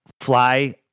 fly